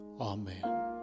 Amen